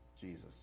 Jesus